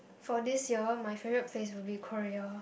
for this year my favourite place will be Korea